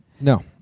No